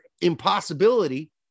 impossibility